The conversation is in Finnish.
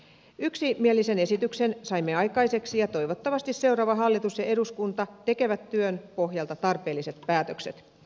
yksimielisen esityksen saimme aikaiseksi ja toivottavasti seuraava hallitus ja eduskunta tekevät työn pohjalta tarpeelliset päätökset